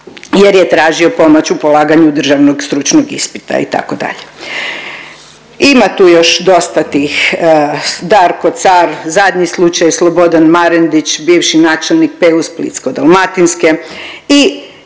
jer je tražio pomoć u polaganju državnog stručnog ispita, itd. Ima tu još dosta tih, Darko Car, zadnji slučaj Slobodan Marendić, bivši načelnik PU splitsko-dalmatinske i